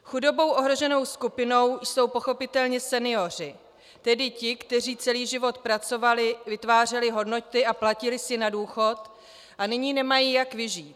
Chudobou ohroženou skupinou jsou pochopitelně senioři, tedy ti, kteří celý život pracovali, vytvářeli hodnoty a platili si na důchod a nyní nemají jak vyžít.